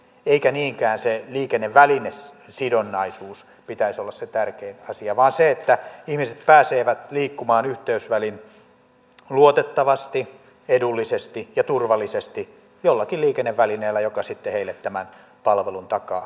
ei niinkään sen liikennevälinesidonnaisuuden pitäisi olla se tärkein asia vaan sen että ihmiset pääsevät liikkumaan yhteysvälin luotettavasti edullisesti ja turvallisesti jollakin liikennevälineellä joka sitten heille tämän palvelun takaa